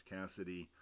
Cassidy